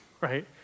right